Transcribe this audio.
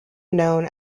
known